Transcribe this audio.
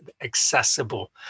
accessible